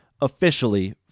officially